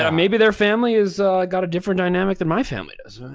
um maybe their family has got a different dynamic than my family does.